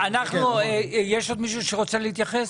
עוד מישהו שרוצה להתייחס?